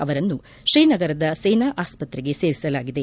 ಅವರನ್ನು ಶ್ರೀನಗರದ ಸೇನಾ ಆಸ್ವತ್ರೆಗೆ ಸೇರಿಸಲಾಗಿದೆ